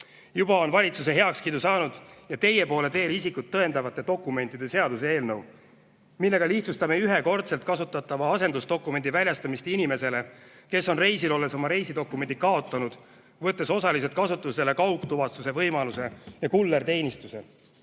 Juba on valitsuse heakskiidu saanud ja teie poole teel isikut tõendavate dokumentide seaduse eelnõu, millega lihtsustame ühekordselt kasutatava asendusdokumendi väljastamist inimesele, kes on reisil olles oma reisidokumendi kaotanud. Võtame osaliselt kasutusele kaugtuvastuse võimaluse ja kullerteenistuse,